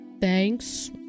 Thanks